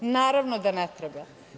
Naravno da ne treba.